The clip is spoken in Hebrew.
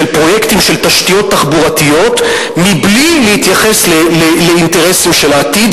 פרויקטים של תשתיות תחבורתיות מבלי להתייחס לאינטרסים של העתיד,